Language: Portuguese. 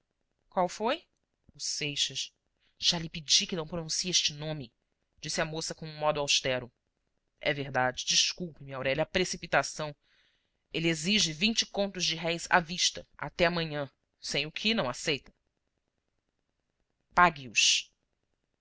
qual foi o seixas já lhe pedi que não pronuncie este nome disse a moça com um modo austero é verdade desculpe-me aurélia a precipitação ele exige vinte contos de réis à vista até amanhã sem o que não aceita pague os a